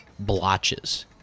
blotches